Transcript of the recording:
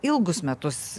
ilgus metus